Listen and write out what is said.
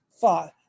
five